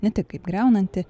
ne tik kaip griaunanti